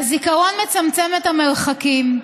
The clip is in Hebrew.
"הזיכרון מצמצם את המרחקים.